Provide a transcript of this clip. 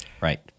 Right